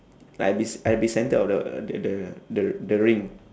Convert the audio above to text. like I'll be c~ I'll be centre of the the the the the ring